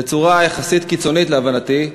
בצורה יחסית קיצונית להבנתי,